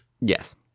Yes